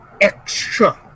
extra